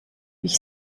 wich